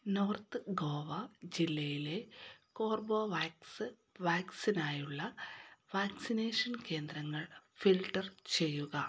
north Goa ജില്ലയിലെ Corbevax വാക്സിനിനായുള്ള vaccination കേന്ദ്രങ്ങൾ ഫിൽട്ടർ ചെയ്യുക